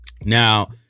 Now